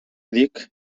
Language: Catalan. dic